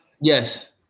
Yes